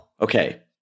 okay